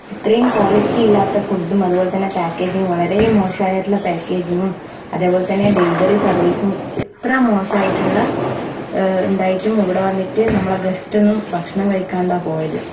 ഇത്രയും ക്വാളിറ്റി ഇല്ലാത്ത ഫുഡ്ഡും അതുപോലെ തന്നെ പേക്കേജിങ് വളരെ മോശമായിട്ടുള്ള പേക്കേജിങ്ങും അതേപോലെ തന്നെ ഡെലിവറി സർവ്വീസും ഇത്ര മോശമായിട്ടുള്ള ഉണ്ടായിട്ടും ഇവിടെ വന്നിട്ട് നമ്മളുടെ ഗസ്റ്റൊന്നും ഭക്ഷണം കഴിക്കാണ്ടാണ് പോയത്